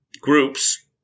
groups